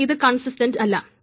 അപ്പോൾ ഇത് കൺസിസ്റ്റൻറ്റ് അല്ല